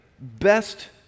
best